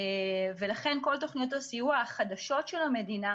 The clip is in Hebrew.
ולכן כל תוכניות הסיוע החדשות של המדינה